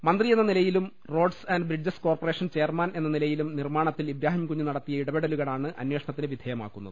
മന്ത്രിയെന്ന നിലയിലും roads and bridges corporation chairman എന്ന നിലയിലും നിർമ്മാണത്തിൽ ഇബ്രാഹിംകുഞ്ഞ് നടത്തിയ ഇട പെടലുകളാണ് അന്വേഷണത്തിന് വിധേയമാക്കുന്നത്